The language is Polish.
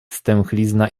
stęchlizna